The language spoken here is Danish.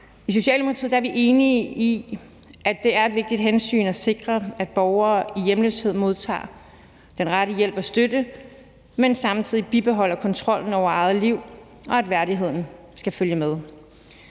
I Socialdemokratiet er vi enige i, at det er et vigtigt hensyn at sikre, at borgere i hjemløshed modtager den rette hjælp og støtte, men samtidig bibeholder kontrollen over eget liv, og at værdigheden skal følge med.